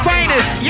Finest